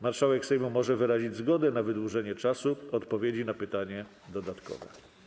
Marszałek Sejmu może wyrazić zgodę na wydłużenie czasu odpowiedzi na pytanie dodatkowe.